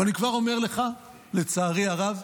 ואני כבר אומר לך, לצערי הרב,